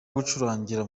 gucurangira